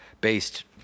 based